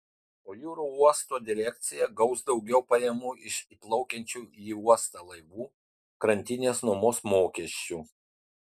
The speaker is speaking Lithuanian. o jūrų uosto direkcija gaus daugiau pajamų iš įplaukiančių į uostą laivų krantinės nuomos mokesčių